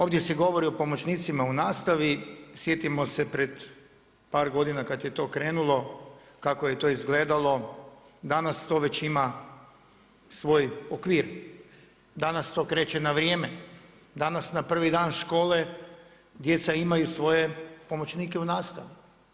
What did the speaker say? Ovdje se govori o pomoćnicima u nastavi, sjetimo se pred par godina kad je to krenulo kako je to izgledalo, danas to već ima svoj okvir, danas to kreće na vrijeme, danas na prvi dan škole djeca imaju svoje pomoćnike u nastavi.